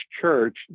church